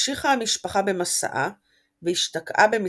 המשיכה המשפחה במסעה והשתקעה במצרים.